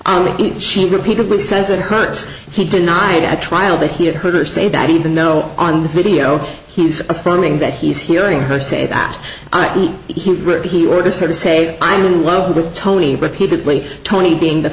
is she repeatedly says it hurts he denied at trial that he had heard her say that even though on the video he's affirming that he's hearing her say that i eat he he orders her to say i'm in love with tony repeatedly tony being the